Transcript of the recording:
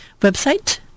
website